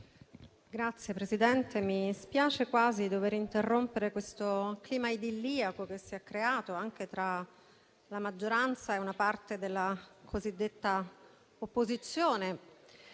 Signora Presidente, quasi mi dispiace dover interrompere questo clima idilliaco che si è creato tra la maggioranza e una parte della cosiddetta opposizione.